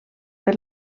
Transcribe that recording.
per